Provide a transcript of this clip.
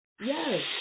Yes